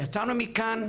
יצאנו מכאן,